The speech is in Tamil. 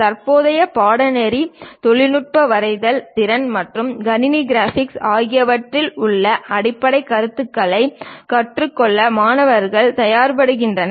தற்போதைய பாடநெறி தொழில்நுட்ப வரைதல் திறன் மற்றும் கணினி கிராபிக்ஸ் ஆகியவற்றில் உள்ள அடிப்படைக் கருத்துகளைக் கற்றுக்கொள்ள மாணவர்களைத் தயார்படுத்துகிறது